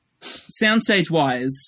soundstage-wise